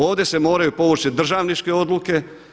Ovdje se moraju povući državničke odluke.